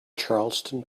charleston